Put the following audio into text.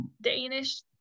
Danish